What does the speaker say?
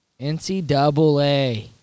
NCAA